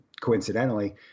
coincidentally